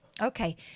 Okay